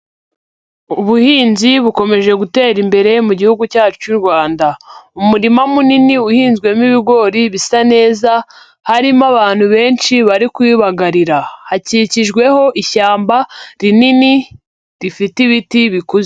Ubuhinzi bukomeje gutera imbere mu gihugu cyacu cy'u Rwanda, umurima munini uhinzwemo ibigori bisa neza, harimo abantu benshi bari kubibagarira, hakikijweho ishyamba rinini rifite ibiti bikuze.